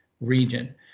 region